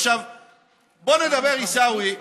עכשיו בוא נדבר, עיסאווי,